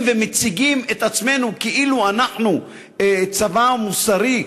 ומציגים את עצמנו כאילו אנחנו צבא מוסרי,